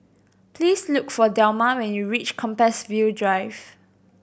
please look for Delma when you reach Compassvale Drive